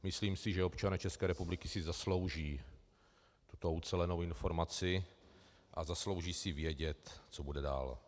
Myslím si, že občané České republiky si zaslouží tuto ucelenou informaci a zaslouží si vědět, co bude dál.